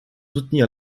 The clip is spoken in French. soutenir